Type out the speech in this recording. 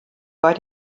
bei